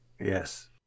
Yes